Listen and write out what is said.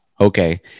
Okay